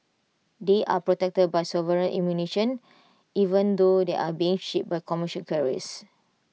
they are protected by sovereign immunisation even though they are being shipped by commercial carriers